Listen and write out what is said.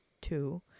two